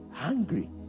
angry